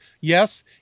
Yes